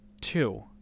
two